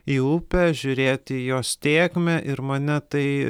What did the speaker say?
į upę žiūrėt į jos tėkmę ir mane tai